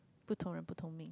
不同人不同命